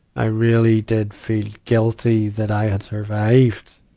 i really did feel guilty that i had survived.